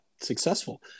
successful